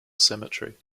cemetery